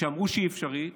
שאמרו שהיא אפשרית,